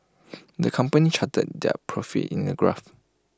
the company charted their profits in A graph